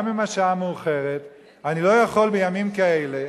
גם אם השעה מאוחרת אני לא יכול בימים כאלה,